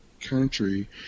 country